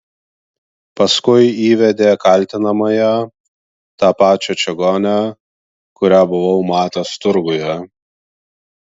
paskui įvedė kaltinamąją tą pačią čigonę kurią buvau matęs turguje